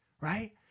right